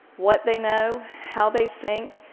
what they know, how they think,